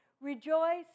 Rejoice